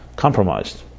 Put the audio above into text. compromised